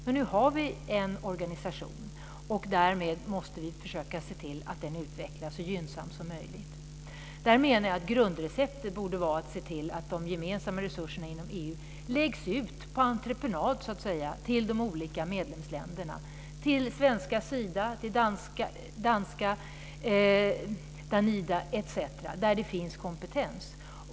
Men nu har vi en organisation. Därmed måste vi försöka se till att den utvecklas så gynnsamt som möjligt. Där menar jag att grundreceptet borde vara att se till att de gemensamma resurserna inom EU läggs ut på entreprenad till de olika medlemsländerna - svenska Sida, danska Danida etc. - där det finns kompetens.